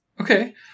Okay